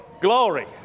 Glory